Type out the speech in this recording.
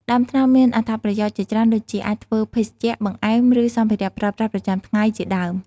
ដើមត្នោតមានអត្តប្រយោជន៍ជាច្រើនដូចជា អាចធ្វើភេសជ្ជៈ បង្អែម ឬ សម្ភារៈប្រើប្រាស់ប្រចាំថ្ងៃជាដើម។